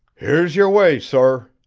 here's your way, sor,